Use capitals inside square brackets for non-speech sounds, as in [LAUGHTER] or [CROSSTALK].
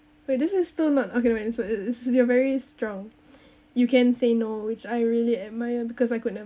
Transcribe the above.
wait this is still not okay wait you're very strong [BREATH] you can say no which I really admire because I could never